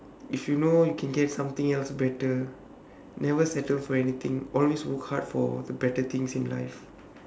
if you know you can get something else better never settle for anything always work hard for the better things in life